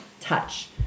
touch